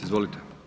Izvolite.